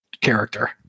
character